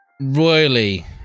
royally